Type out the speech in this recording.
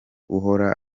uhora